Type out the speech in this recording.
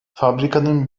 fabrikanın